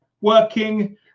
working